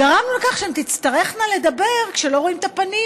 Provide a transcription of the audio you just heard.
גרמנו לכך שהן תצטרכנה לדבר כשלא רואים את הפנים,